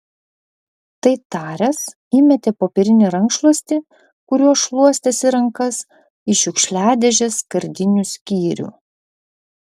tai taręs įmetė popierinį rankšluostį kuriuo šluostėsi rankas į šiukšliadėžės skardinių skyrių